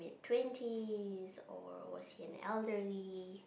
twenties or was he an elderly